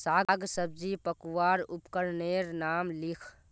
साग सब्जी मपवार उपकरनेर नाम लिख?